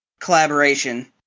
collaboration